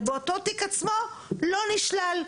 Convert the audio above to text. ובאותו תיק עצמו לא נשלל.